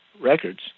records